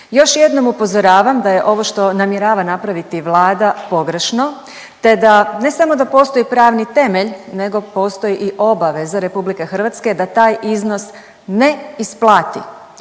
Još jednom upozoravam da je ovo što namjerava napraviti Vlada pogrešno te da ne samo da postoji pravni temelj nego postoji i obaveza RH da taj iznos ne isplati.